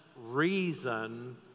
reason